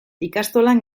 ikastolan